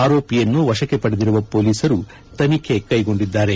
ಆರೋಪಿಯನ್ನು ವಶಕ್ಕೆ ಪಡೆದಿರುವ ಪೊಲೀಸರು ತನಿಖೆ ಕೈಗೊಂಡಿದ್ದಾರೆ